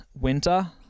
winter